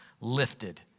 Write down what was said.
lifted